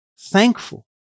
thankful